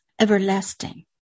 Everlasting